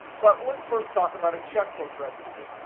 but let's first talk about a checkbook register.